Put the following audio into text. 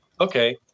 okay